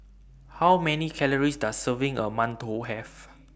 How Many Calories Does A Serving of mantou Have